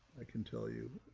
i can tell you.